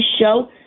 show